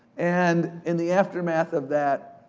and in the aftermath of that,